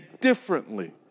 differently